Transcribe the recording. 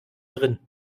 drin